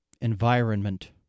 Environment